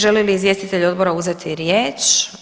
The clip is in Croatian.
Želi li izvjestitelj odbora uzeti riječ?